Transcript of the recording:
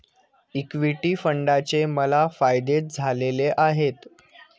equity फंडाचे मला फायदेच झालेले आहेत